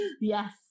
yes